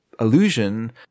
illusion